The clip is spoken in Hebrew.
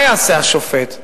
מה יעשה השופט?